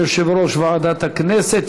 יושב-ראש ועדת הכנסת.